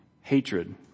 Hatred